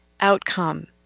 outcome